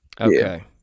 Okay